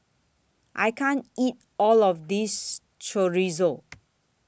I can't eat All of This Chorizo